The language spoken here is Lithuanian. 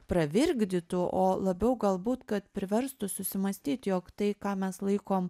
pravirkdytų o labiau galbūt kad priverstų susimąstyt jog tai ką mes laikom